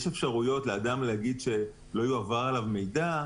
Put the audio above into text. יש אפשרויות לאדם להגיד שלא יועבר עליו מידע,